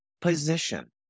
position